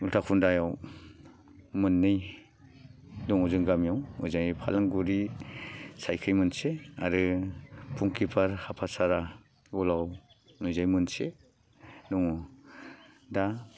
उलथा खुन्दायाव मोननै दङ जोंनि गामियाव ओजोंहाय फालांगुरि सायदथिं मोनसे आरो फुंखिपार हाफासारा बलावनिजाय मोनसे दङ दा